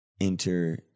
enter